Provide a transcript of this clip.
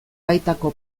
baitako